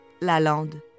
Lalande